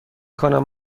کنم